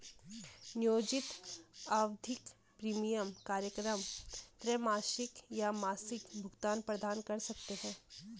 नियोजित आवधिक प्रीमियम कार्यक्रम त्रैमासिक या मासिक भुगतान प्रदान कर सकते हैं